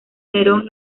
nerón